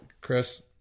chris